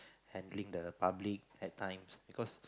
handling the public at times because